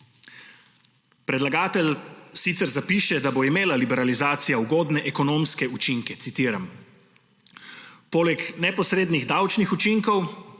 Predlagatelj sicer zapiše, da bo imela liberalizacija ugodne ekonomske učinke, citiram: »Poleg neposrednih davčnih učinkov